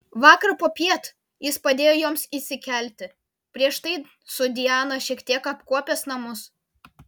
vakar popiet jis padėjo joms įsikelti prieš tai su diana šiek tiek apkuopęs namus